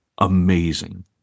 Amazing